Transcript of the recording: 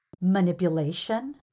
Manipulation